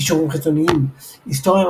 קישורים חיצוניים היסטוריה,